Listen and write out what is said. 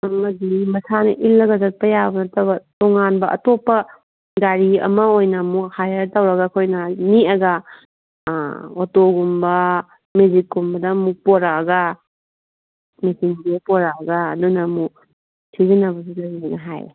ꯑꯃꯗꯤ ꯃꯁꯥꯅ ꯏꯜꯂꯒ ꯆꯠꯄ ꯌꯥꯕ ꯅꯠꯇꯕ ꯇꯣꯉꯥꯟꯕ ꯑꯇꯣꯞꯄ ꯒꯥꯔꯤ ꯑꯃ ꯑꯣꯏꯅ ꯑꯃꯨꯛ ꯍꯥꯌꯔ ꯇꯧꯔꯒ ꯑꯩꯈꯣꯏꯅ ꯅꯦꯑꯒ ꯑꯣꯇꯣꯒꯨꯝꯕ ꯃꯦꯖꯤꯛꯀꯨꯝꯕꯗ ꯑꯃꯨꯛ ꯄꯨꯔꯛꯑꯒ ꯃꯦꯆꯤꯟꯁꯦ ꯄꯨꯔꯛꯑꯒ ꯑꯗꯨꯅ ꯑꯃꯨꯛ ꯁꯤꯖꯤꯟꯅꯕꯁꯨ ꯂꯩꯌꯦꯅ ꯍꯥꯏꯌꯦ